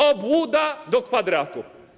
Obłuda do kwadratu.